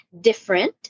different